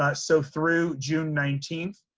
ah so through june nineteenth,